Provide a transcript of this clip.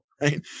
right